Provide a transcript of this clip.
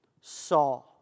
saw